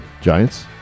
Giants